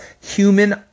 human